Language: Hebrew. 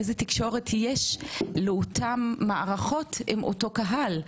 איזה תקשורת יש לאותן מערכות עם אותו קהל?